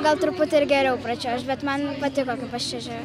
gal truputį ir geriau pradžioj aš bet man patiko kaip aš čiuožiu